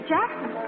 Jackson